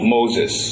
Moses